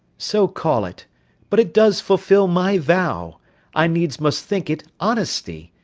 so call it but it does fulfil my vow i needs must think it honesty.